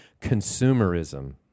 Consumerism